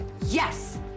Yes